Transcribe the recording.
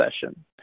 session